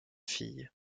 fille